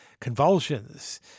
convulsions